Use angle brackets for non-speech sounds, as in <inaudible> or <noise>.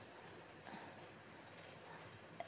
<breath>